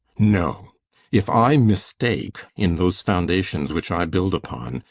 no if i mistake in those foundations which i build upon,